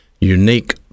unique